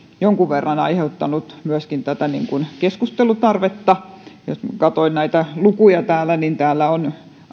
jonkun verran aiheuttaneet keskustelun tarvetta kun katsoin näitä lukuja täällä niin täällä on